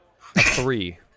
Three